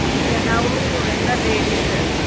ಇಲ್ಲ ನಾವು ಎಲ್ಲ ಲೇಡಿಸ